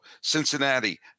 Cincinnati